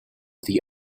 the